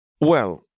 Well